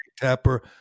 tapper